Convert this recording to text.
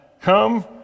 Come